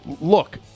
Look